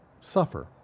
suffer